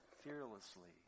fearlessly